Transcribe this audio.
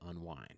unwind